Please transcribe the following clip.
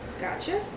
Gotcha